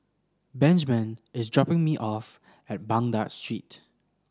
Benjman is dropping me off at Baghdad Street